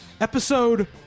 episode